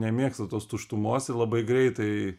nemėgsta tos tuštumos ir labai greitai